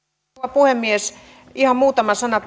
puhemies ihan muutama sana